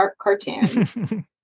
cartoon